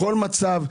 בכל מצב,